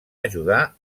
ajudar